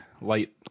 light